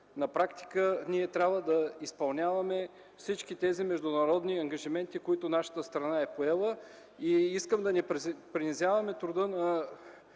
На практика ние трябва да изпълняваме всички тези международни ангажименти, които нашата страна е поела. Искам да не принизяваме труда на